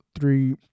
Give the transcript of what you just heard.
three